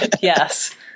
Yes